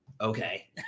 okay